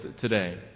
today